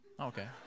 Okay